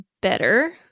better